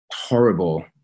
horrible